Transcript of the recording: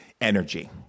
energy